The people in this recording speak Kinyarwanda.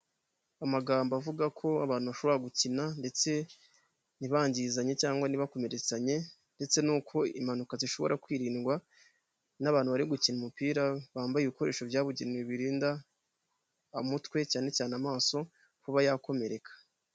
Amagambo avuga ko abantu bashobora gukina, ndetse ntibangizanye cyangwa ntibakomeretsanye, ndetse n'uko impanuka zishobora kwirindwa n'abantu bari gukina umupira, bambaye ibikoresho byabugenewe birinda umutwe cyane cyane amaso kuba yakomereka.